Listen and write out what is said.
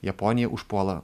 japonija užpuola